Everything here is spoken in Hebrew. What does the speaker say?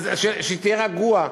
אדוני, אז שתהיה רגוע.